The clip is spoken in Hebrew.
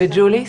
בג'וליס?